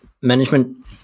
management